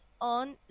on